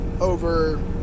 over